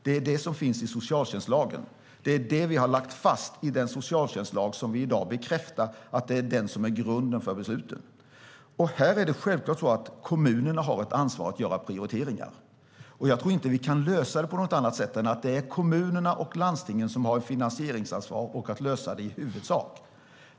Det är det som finns i socialtjänstlagen. Det är det vi har lagt fast i den socialtjänstlag vi i dag bekräftar är det som är grunden för beslutet. Här är det självklart så att kommunerna har ett ansvar för att göra prioriteringar. Jag tror inte att vi kan lösa det på annat sätt än att det är kommunerna och landstingen som har ett finansieringsansvar och ansvar för att lösa det i huvudsak.